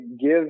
give